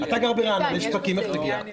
אתה גר ברעננה ואם יש פקקים איך נגיע?